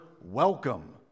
welcome